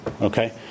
okay